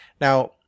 Now